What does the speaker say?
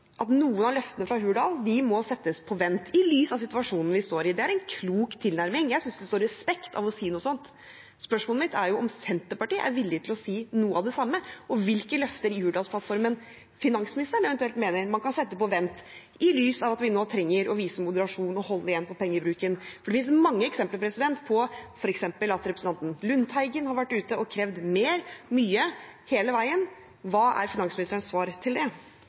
at noen av løftene fra Hurdal må settes på vent, i lys av situasjonen vi står i. Det er en klok tilnærming. Jeg synes det står respekt av å si noe sånt. Spørsmålet mitt er om Senterpartiet er villig til å si noe av det samme, og hvilke løfter i Hurdalsplattformen finansministeren eventuelt mener man kan sette på vent, i lys av at vi nå trenger å vise moderasjon og holde igjen på pengebruken. For det finnes mange eksempler, f.eks. har representanten Lundteigen vært ute og krevd mer, mye, hele veien. Hva er finansministerens svar til det? Et av de aller viktigste løftene i Hurdalsplattformen, hva er det? Jo, det